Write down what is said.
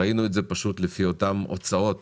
ראינו את זה פשוט לפי אותן הוצאות